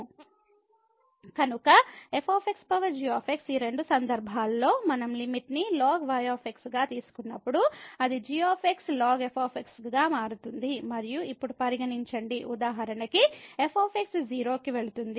కనుక f power g ఈ రెండు సందర్భాల్లో మనం లిమిట్ ని ln y గా తీసుకున్నప్పుడు అది g ln f గా మారుతుంది మరియు ఇప్పుడు పరిగణించండి ఉదాహరణకు f 0 కి వెళుతుంది